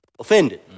offended